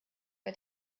bei